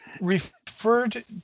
referred